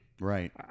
Right